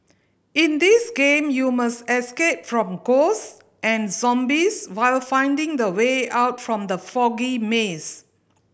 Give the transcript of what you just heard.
in this game you must escape from ghost and zombies while finding the way out from the foggy maze